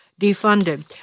defunded